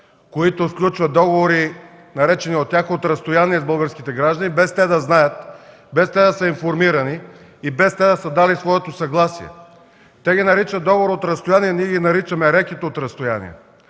които сключват договори, наречени от тях „от разстояние”, с българските граждани, без те да знаят, без да са информирани и без да са дали своето съгласие. Те го наричат „договор от разстояние”, ние го наричаме рекет от разстояние.